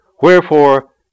Wherefore